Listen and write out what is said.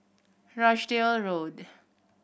Rochdale Road